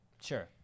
Sure